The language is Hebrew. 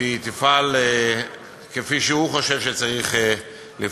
שתפעל כפי שהוא חושב שצריך לפעול.